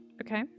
Okay